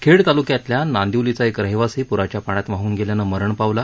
खेड तालुक्यातल्या नांदिवलीचा एक रहिवासी पुराच्या पाण्यात वाहून गेल्यानं मरण पावला